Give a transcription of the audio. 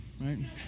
Right